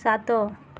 ସାତ